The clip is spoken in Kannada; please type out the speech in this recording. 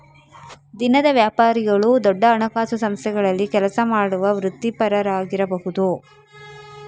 ದಿನದ ವ್ಯಾಪಾರಿಗಳು ದೊಡ್ಡ ಹಣಕಾಸು ಸಂಸ್ಥೆಗಳಲ್ಲಿ ಕೆಲಸ ಮಾಡುವ ವೃತ್ತಿಪರರಾಗಿರಬಹುದು